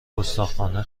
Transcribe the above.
گستاخانه